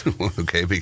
okay